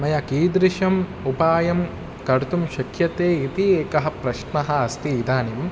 मया कीदृशम् उपायं कर्तुं शक्यते इति एकः प्रश्नः अस्ति इदानीम्